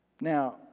Now